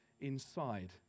inside